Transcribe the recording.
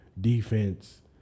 defense